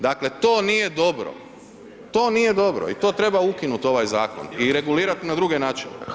Dakle to nije dobro, to nije dobro i to treba ukinuti ovaj zakon i regulirati na drugi način.